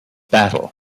battle